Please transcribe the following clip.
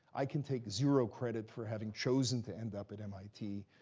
i can take zero credit for having chosen to end up at mit.